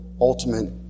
ultimate